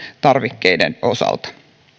tarvikkeiden osalta